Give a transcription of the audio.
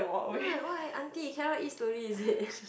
ah why auntie cannot eat slowly is it